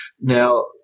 Now